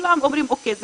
כולם אומרים אוקיי,